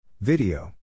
Video